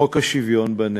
חוק השוויון בנטל.